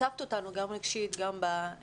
הצפת אותנו גם רגשית, גם בנתונים.